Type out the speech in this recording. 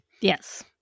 Yes